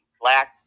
black